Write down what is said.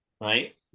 right